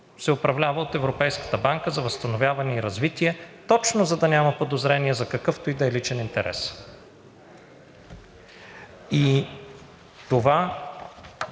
се управлява от Европейската банка за възстановяване и развитие точно за да няма подозрения за какъвто и да е личен интерес. И това,